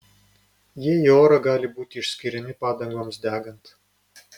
jie į orą gali būti išskiriami padangoms degant